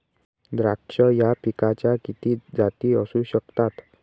द्राक्ष या पिकाच्या किती जाती असू शकतात?